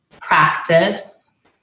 practice